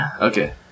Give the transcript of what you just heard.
okay